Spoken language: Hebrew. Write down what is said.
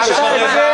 ביום.